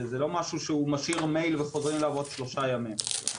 זה לא משהו שהוא משאיר מייל וחוזרים אליו עוד שלושה ימים.